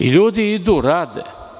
Ljudi idu rade.